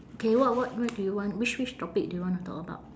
okay what what what do you want which which topic do you want to talk about